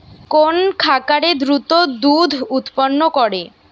কোন খাকারে দ্রুত দুধ উৎপন্ন করে?